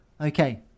Okay